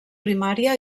primària